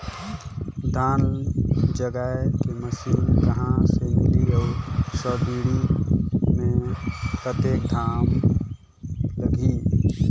धान जगाय के मशीन कहा ले मिलही अउ सब्सिडी मे कतेक दाम लगही?